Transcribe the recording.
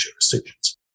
jurisdictions